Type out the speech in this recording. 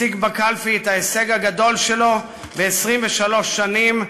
השיג בקלפי את ההישג הגדול שלו ב-23 שנים,